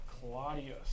Claudius